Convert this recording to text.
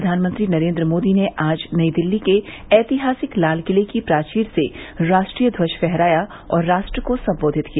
प्रधानमंत्री नरेन्द्र मोदी ने आज नई दिल्ली के ऐतिहासिक लालकिले की प्राचीर से राष्ट्रीय ध्वज फहराया और राष्ट्र को सम्बोधित किया